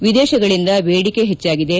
ಎದೇಶಗಳಿಂದ ಬೇಡಿಕೆ ಹೆಚ್ಚಾಗಿದೆ